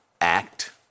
Act